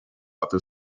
after